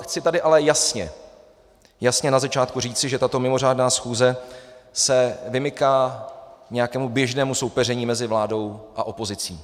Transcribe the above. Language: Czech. Chci tady ale jasně na začátku říci, že tato mimořádná schůze se vymyká nějakému běžnému soupeření mezi vládou a opozicí.